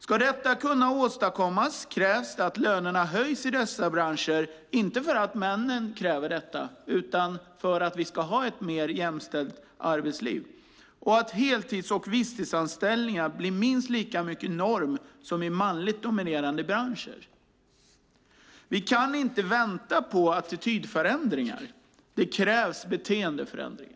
Ska detta kunna åstadkommas krävs det att lönerna höjs i dessa branscher, inte för att männen kräver detta utan för att vi ska ha ett mer jämställt arbetsliv, och att heltids och visstidsanställningar blir minst lika mycket norm som i manligt dominerade branscher. Vi kan inte vänta på attitydförändringar. Det krävs beteendeförändringar.